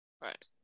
Right